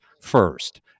first